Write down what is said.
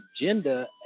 agenda